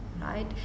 right